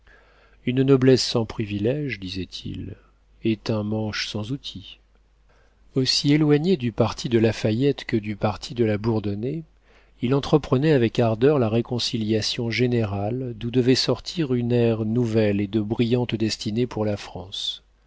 une noblesse sans priviléges disait-il est un manche sans outil aussi éloigné du parti de lafayette que du parti de la bourdonnaye il entreprenait avec ardeur la réconciliation générale d'où devaient sortir une ère nouvelle et de brillantes destinées pour la france